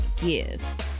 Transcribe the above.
give